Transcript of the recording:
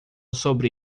sobre